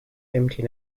empty